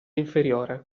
inferiore